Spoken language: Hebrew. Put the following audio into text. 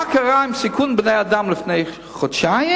מה גרם לסיכון חיי אדם לפני חודשיים?